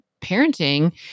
parenting